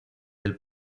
del